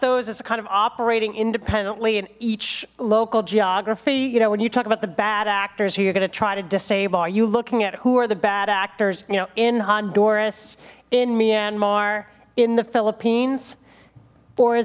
those is kind of operating independently in each local geography you know when you talk about the bad actors who you're gonna try to disable are you looking at who are the bad actors you know in honduras in myanmar in the philippines or is